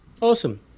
awesome